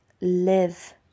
live